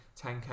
10K